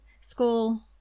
school